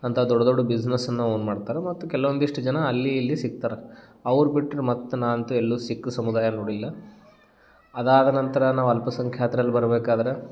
ಅಂತ ದೊಡ್ಡ ದೊಡ್ಡ ಬಿಸಿನೆಸ್ ಅನ್ನು ಅವ್ರು ಮಾಡ್ತಾರೆ ಮತ್ತು ಕೆಲವೊಂದಿಷ್ಟು ಜನ ಅಲ್ಲಿ ಇಲ್ಲಿ ಸಿಗ್ತಾರೆ ಅವ್ರು ಬಿಟ್ಟರೆ ಮತ್ತು ನಾನಂತು ಎಲ್ಲೂ ಸಿಕ್ ಸಮುದಾಯ ನೋಡಿಲ್ಲ ಅದಾದ ನಂತರ ನಾವು ಅಲ್ಪಸಂಖ್ಯಾತ್ರಲ್ಲಿ ಬರ್ಬೇಕಾದ್ರೆ